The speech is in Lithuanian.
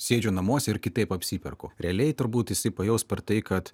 sėdžiu namuose ir kitaip apsiperku realiai turbūt jisai pajaus per tai kad